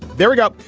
there we go.